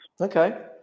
Okay